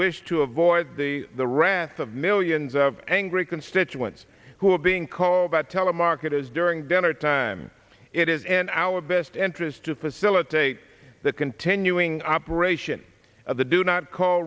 wish to avoid the the wrath of millions of angry constituents who are being called by telemarketers during dinner time it is in our best interest to facilitate the continuing operation of the do not call